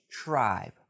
tribe